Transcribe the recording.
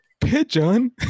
pigeon